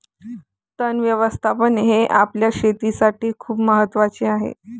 तण व्यवस्थापन हे आपल्या शेतीसाठी खूप महत्वाचे आहे